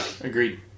Agreed